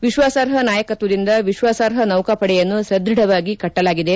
ವಿಶ್ವಾಸಾರ್ಪ ನಾಯಕತ್ವದಿಂದ ವಿಶ್ವಾಸಾರ್ಪ ನೌಕಾಪಡೆಯನ್ನು ಸದ್ಯಢವಾಗಿ ಕಟ್ಸಲಾಗಿದೆ